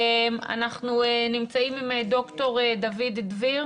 אנחנו נמצאים עם ד"ר דוד דביר